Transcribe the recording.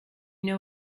know